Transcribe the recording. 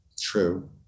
True